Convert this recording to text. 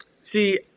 See